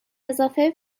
اضافه